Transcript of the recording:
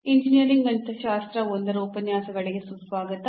engineering ಗಣಿತಶಾಸ್ತ್ರ I ಉಪನ್ಯಾಸಗಳಿಗೆ ಸುಸ್ವಾಗತ